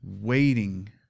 waiting